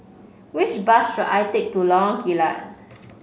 which bus should I take to Lorong Kilat